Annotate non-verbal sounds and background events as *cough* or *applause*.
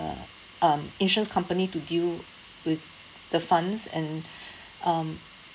um insurance company to deal with the funds and *breath* um